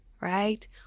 right